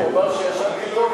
הוא אמר שישנתי טוב,